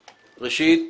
ראשית,